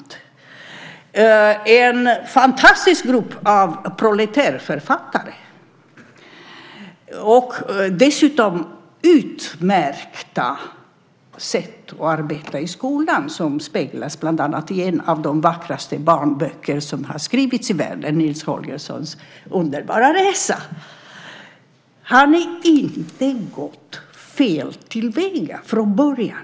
Den producerade också en fantastisk grupp proletärförfattare, liksom utmärkta sätt att arbeta på i skolan, vilket bland annat speglas i en av de vackraste barnböcker som skrivits i världen, Nils Holgerssons underbara resa genom Sverige . Har ni inte gått fel till väga från början?